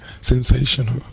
Sensational